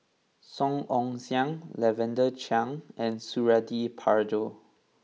Song Ong Siang Lavender Chang and Suradi Parjo